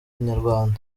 inyarwanda